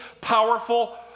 powerful